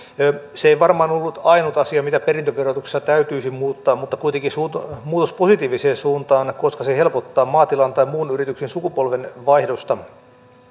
se ei varmaan ollut ainut asia mitä perintöverotuksessa täytyisi muuttaa mutta kuitenkin se on muutos positiiviseen suuntaan koska se helpottaa maatilan tai muun yrityksen sukupolvenvaihdosta